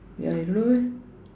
ya you don't know meh